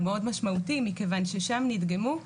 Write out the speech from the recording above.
הוא מאוד משמעותי מכיוון ששם נדגמו,